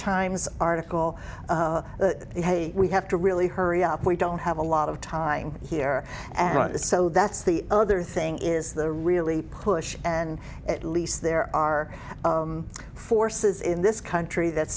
times article hey we have to really hurry up we don't have a lot of time here and so that's the other thing is the really push and at least there are forces in this country that